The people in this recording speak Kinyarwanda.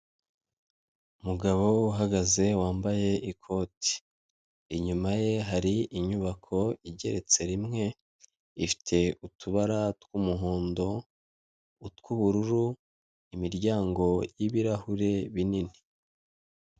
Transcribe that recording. Umugabo uhagaze wambaye ikoti, inyuma ye hari inyubako igeretse rimwe, ifite utubara tw'umuhondo, utw'ubururu, imiryango y'ibirahure binini.